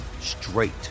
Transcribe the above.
straight